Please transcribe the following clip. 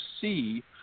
see